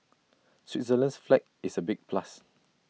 Switzerland's flag is A big plus